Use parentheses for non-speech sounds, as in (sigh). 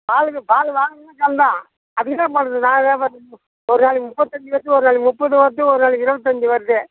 பால் பால் வாங்குறவனும் கறந்தான் அதுக்கு என்ன பண்ணுறது நான் (unintelligible) ஒரு நாளைக்கு முப்பத்தஞ்சு வருது ஒரு நாள் முப்பது வருது ஒரு நாளைக்கு இருபத்தஞ்சி வருது